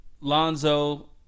lonzo